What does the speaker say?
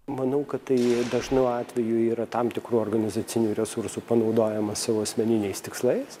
manau kad tai dažnu atveju yra tam tikrų organizacinių resursų panaudojimas savo asmeniniais tikslais